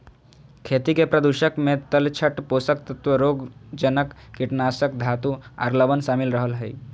खेती के प्रदूषक मे तलछट, पोषक तत्व, रोगजनक, कीटनाशक, धातु आर लवण शामिल रह हई